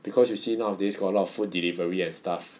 because you see nowadays got a lot of food delivery and stuff